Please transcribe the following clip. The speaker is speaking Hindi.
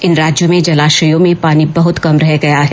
इन राज्यों में जलाशयों में पानी बहुत कम रह गया है